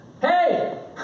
hey